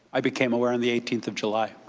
i became aware on the eighteenth of july.